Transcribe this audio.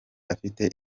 afite